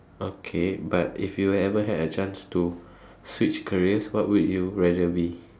okay but if you ever had a chance to switch careers what would you rather be